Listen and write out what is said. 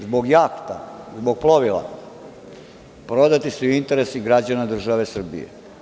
Zbog jahti, zbog plovila prodati su i interesi građana države Srbije.